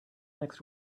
next